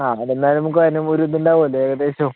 ആ എന്നാലും നമ്മൾക്കതിന് ഒരിതുണ്ടാകുമല്ലോ ഏകദേശം